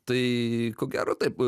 tai ko gero taip